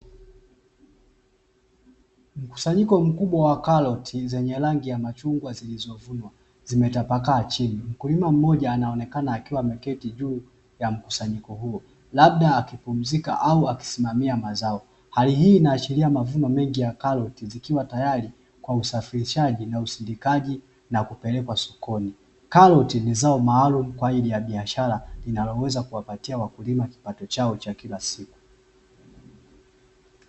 Mkusanyiko mkubwa wa karoti zenye rangi ya machungwa zilizovunwa zimetapakaa chini. Mkulima mmoja anaonekana akiwa ameketi juu ya mkusanyiko huo labda akipumzika au akisimamia mazao. Hali hii inaashiria mavuno mengi ya karoti zikiwa tayari kwa usafirishaji na usindikaji na kupelekwa sokoni. karoti ni zao maalumu kwa ajili ya biashara, linaloweza kuwapatia wakulima kipato chao cha kila siku.